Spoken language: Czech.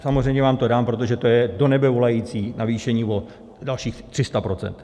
Samozřejmě vám to dám, protože to je do nebe volající navýšení o dalších 300 procent.